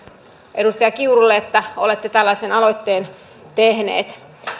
edustaja kiurulle että olette tällaisen aloitteen tehnyt